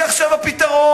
היא עכשיו הפתרון.